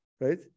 right